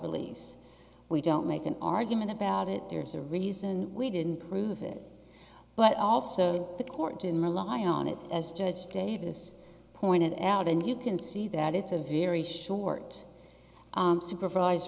release we don't make an argument about it there's a reason we didn't prove it but also the court in rely on it as judge davis pointed out and you can see that it's a very short supervise